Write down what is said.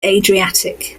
adriatic